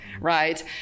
right